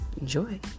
Enjoy